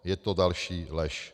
Je to další lež.